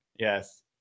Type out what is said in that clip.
Yes